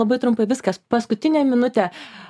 labai trumpai viskas paskutinė minutė